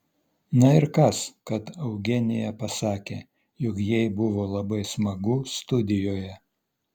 na ir kas kad eugenija pasakė jog jai buvo labai smagu studijoje